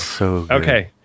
okay